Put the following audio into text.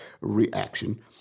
reaction